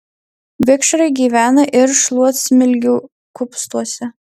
vikšrai gyvena ir šluotsmilgių kupstuose